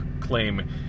claim